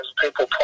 people